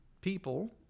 people